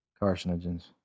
carcinogens